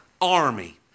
army